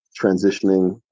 transitioning